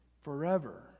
forever